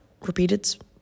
repeated